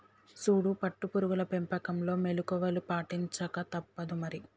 సూడు పట్టు పురుగుల పెంపకంలో మెళుకువలు పాటించక తప్పుదు మరి